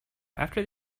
after